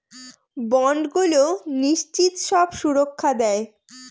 বন্ডগুলো নিশ্চিত সব সুরক্ষা দেয়